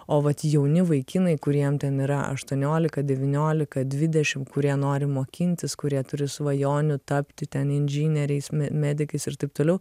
o vat jauni vaikinai kuriem ten yra ašuoniolika devyniolika dvidešimt kurie nori mokintis kurie turi svajonių tapti ten inžinieriais memedikais ir taip toliau